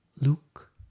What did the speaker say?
Luke